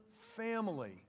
family